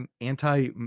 anti